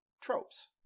tropes